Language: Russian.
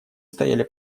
стояли